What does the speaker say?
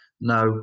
No